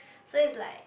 so it's like